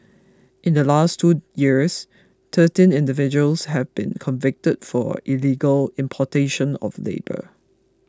in the last two years thirteen individuals have been convicted for illegal importation of labour